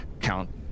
Count